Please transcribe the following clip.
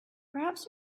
perhaps